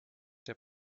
der